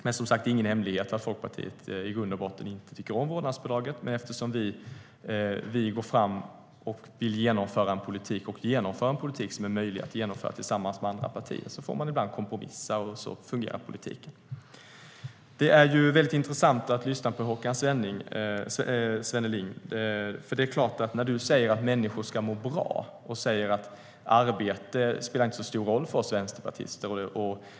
Det är ingen hemlighet att Folkpartiet i grund och botten inte tycker om vårdnadsbidraget, men eftersom vi går fram och vill genomföra och genomför en politik som är möjlig att genomföra tillsammans med andra partier får man ibland kompromissa. Så fungerar politiken. Det är väldigt intressant att lyssna på Håkan Svenneling. Du säger: Människor ska må bra, och arbete spelar inte så stor roll för oss vänsterpartister.